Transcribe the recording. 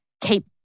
keep